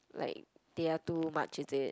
like they are too much is it